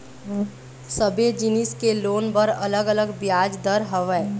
सबे जिनिस के लोन बर अलग अलग बियाज दर हवय